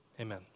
Amen